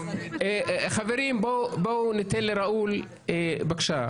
חברים, בואו ניתן לראול, בבקשה.